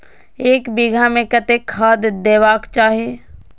एक बिघा में कतेक खाघ देबाक चाही?